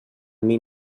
mil